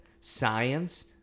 science